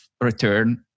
return